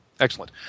Excellent